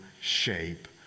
shape